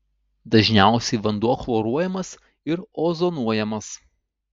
dažniausiai vanduo chloruojamas ir ozonuojamas